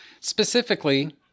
specifically